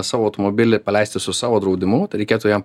savo automobilį paleisti su savo draudimu tai reikėtų jam